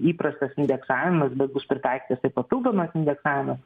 įprastas indeksavimas bet bus pritaikytas ir papildomas indeksavimas